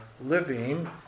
living